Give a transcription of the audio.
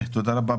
תודה רבה,